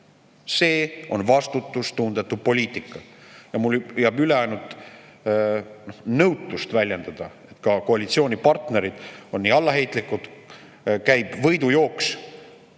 See on vastutustundetu poliitika ja mul jääb üle ainult nõutust väljendada, et ka koalitsioonipartnerid on nii allaheitlikud. Käib võidujooks,